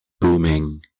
Booming